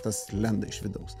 tas lenda iš vidaus